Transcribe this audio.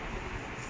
err